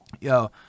yo